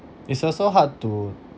it's also hard to